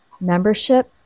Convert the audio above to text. Membership